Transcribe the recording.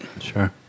Sure